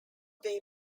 they